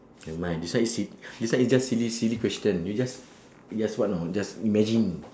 nevermind this one is sil~ this one is just silly silly question you just you just what know just imagine